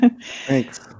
Thanks